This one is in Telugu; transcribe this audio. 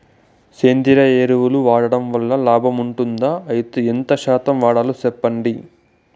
సేంద్రియ ఎరువులు వాడడం వల్ల లాభం ఉంటుందా? అయితే ఎంత శాతం వాడాలో చెప్పండి?